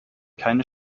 keine